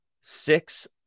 six